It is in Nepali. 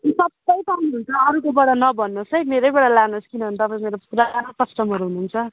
ती सबै पाउनुहुन्छ अरूकोबाट नभन्नुहोस् है मेरैबाट लानुहोस् किनभने तपाईँ मेरो पुरानो कस्टमर हुनुहुन्छ